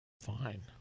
Fine